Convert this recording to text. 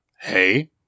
hey